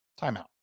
timeout